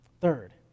Third